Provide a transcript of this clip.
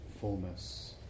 fullness